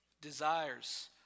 Desires